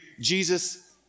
Jesus